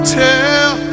tell